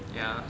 ya